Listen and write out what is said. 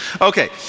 Okay